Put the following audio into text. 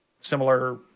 similar